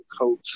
coach